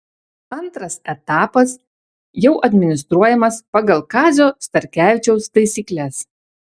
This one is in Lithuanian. antras etapas jau administruojamas pagal kazio starkevičiaus taisykles